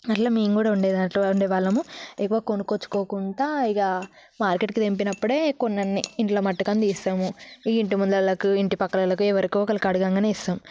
అలా మేము కూడా వండేది అలా వండే వాళ్ళము ఏవీ కొనుక్కొచ్చుకోకుండా ఇక మార్కెట్కి దింపినప్పుడే కొన్నింటిని ఇంట్లో మట్టుకు అని తీస్తాము ఇంటి ముందరి వాళ్ళకి ఇంటి ప్రక్క వాళ్ళకి ఎవరికో ఒకరికి అడగగానే ఇస్తాము